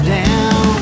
down